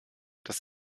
das